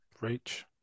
Reach